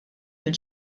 mill